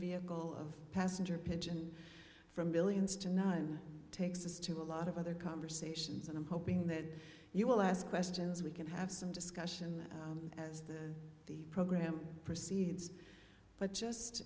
vehicle of passenger pigeon for millions tonight and takes us to a lot of other conversations and i'm hoping that you will ask questions we can have some discussion as the program proceeds but just